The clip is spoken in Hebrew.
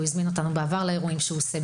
בעבר הוא הזמין אותנו לאירועים שהוא עושה.